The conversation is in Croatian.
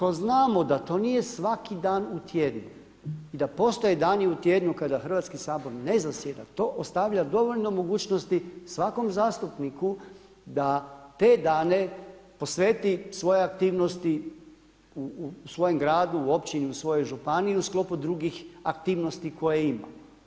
I ako znamo da to nije svaki dan u tjednu i da postoje dani u tjednu kada Hrvatski sabor ne zasjeda to ostavlja dovoljno mogućnosti svakom zastupniku da te dane posveti svoje aktivnosti u svojem gradu, u općini, u svojoj županiji u sklopu drugih aktivnosti koje ima.